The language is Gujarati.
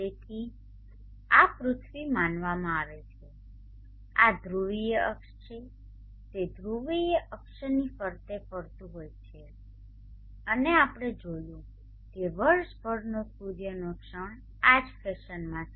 તેથી આ પૃથ્વી માનવામાં આવે છે આ ધ્રુવીય અક્ષ છે તે ધ્રુવીય અક્ષની ફરતે ફરતું હોય છે અને આપણે જોયું કે વર્ષભરનો સૂર્યનો ક્ષણ આ જ ફેશનમાં છે